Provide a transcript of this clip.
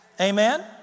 Amen